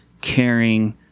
caring